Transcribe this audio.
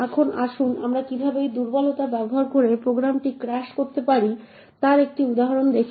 এখন আসুন আমরা কীভাবে এই দুর্বলতা ব্যবহার করে প্রোগ্রামটি ক্র্যাশ করতে পারি তার একটি উদাহরণ দেখি